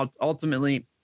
Ultimately